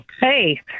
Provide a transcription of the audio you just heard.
Hey